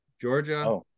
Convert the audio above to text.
Georgia